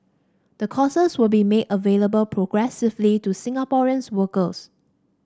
the courses will be made available progressively to Singaporean workers